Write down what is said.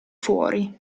fuori